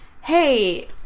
hey